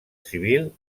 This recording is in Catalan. civil